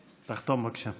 (חותם על ההצהרה) תחתום, בבקשה.